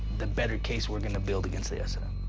the better case we're going to build against the ah snm.